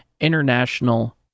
international